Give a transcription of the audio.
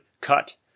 cut